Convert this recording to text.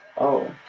oh